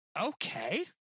Okay